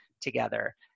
together